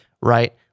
right